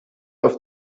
auf